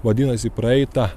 vadinasi praeitą